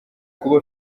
kuba